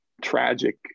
tragic